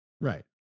Right